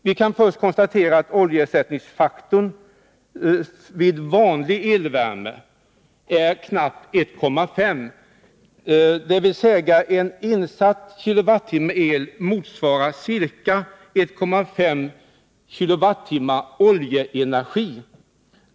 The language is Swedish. Vi kan först konstatera att oljeersättningsfaktorn vid vanlig elvärme är knappt 1,5, dvs. en insatt kWh el motsvarar ca 1,5 kWh oljeenergi.